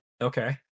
Okay